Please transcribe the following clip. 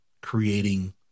creating